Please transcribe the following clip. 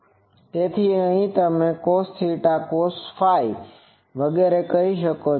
તેથી અહીં તમે cosθ cosɸ વગેરે કરી શકો છો